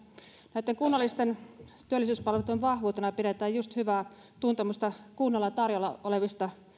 näitten kunnallisten työllisyyspalveluitten vahvuutena pidetään just hyvää tuntemusta kunnalla tarjolla olevista